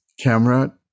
camera